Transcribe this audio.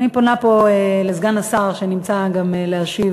אני פונה פה לסגן השר, שנמצא גם כדי להשיב